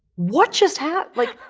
what just happ? like,